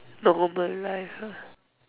normal life ah